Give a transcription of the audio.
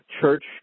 church